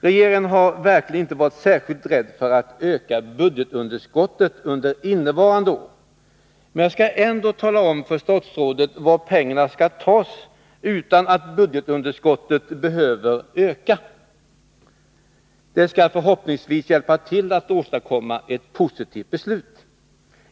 Regeringen har inte varit särskilt rädd för att öka budgetunderskottet under innevarande år, men jag skall ändå tala om för statsrådet var pengarna kan tas utan att budgetunderskottet behöver öka. Det skall förhoppningsvis hjälpa till att åstadkomma ett positivt beslut.